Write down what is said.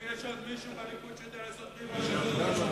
אם יש עוד מישהו בליכוד שיודע לעשות ריבה כזאת,